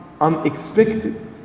unexpected